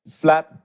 flat